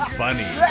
funny